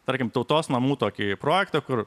tarkim tautos namų tokį projektą kur